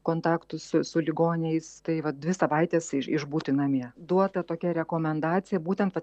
kontaktų su su ligoniais tai vat dvi savaites išbūti namie duota tokia rekomendacija būtent vat